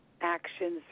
actions